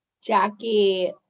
Jackie